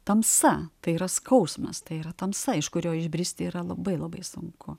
tamsa tai yra skausmas tai yra tamsa iš kurio išbristi yra labai labai sunku